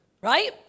Right